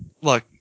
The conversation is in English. Look